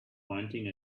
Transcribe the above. pointing